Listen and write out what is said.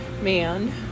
man